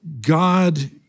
God